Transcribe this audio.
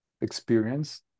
experience